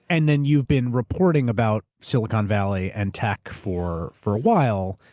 and then you've been reporting about silicon valley and tech for for awhile.